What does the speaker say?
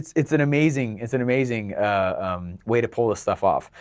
it's an amazing, it's an amazing way to pull this stuff off,